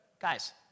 guys